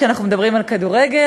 כשאנחנו מדברים על כדורגל,